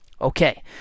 Okay